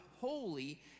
holy